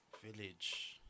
Village